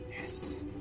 Yes